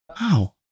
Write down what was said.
Wow